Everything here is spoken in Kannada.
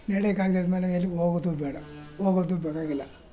ನಡೆಯೋಕ್ಕಾಗ್ದಿದ್ದ ಮೇಲೆ ಎಲ್ಲಿಗೂ ಹೋಗೋದು ಬೇಡ ಹೋಗೋದು ಬೇಕಾಗಿಲ್ಲ